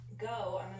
go